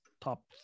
top